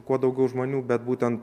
kuo daugiau žmonių bet būtent